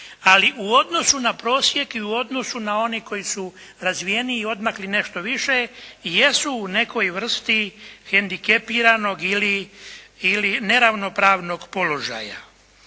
ali u odnosu na prosjek i u odnosu na one koji su razvijeniji i odmakli nešto više, jesu u nekoj vrsti hendikepiranog ili neravnopravnog položaja.